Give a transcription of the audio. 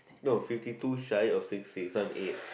no fifty two shy of sixty so I'm eight